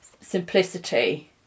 Simplicity